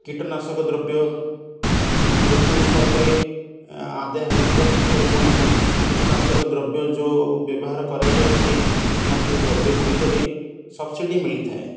କୀଟନାଶକ ଦ୍ରବ୍ୟ ଋତୁ ହିସାବରେ ଆଦାୟ ହେଉଥିବା ଫସଲଗୁଡ଼ିକୁ କୀଟନାଶକ ଦ୍ରବ୍ୟ ଯେଉଁ ବ୍ୟବହାର କରାଯାଏ ସେହି କୀଟନାଶକ ଦ୍ରବ୍ୟଗୁଡ଼ିକରେ ସବ୍ସିଡ଼ି ମିଳିଥାଏ